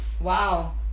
Wow